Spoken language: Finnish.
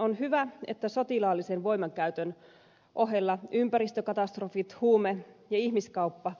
on hyvä että sotilaallisen voimankäytön ohella ympäristökatastrofit huume ja ihmiskauppa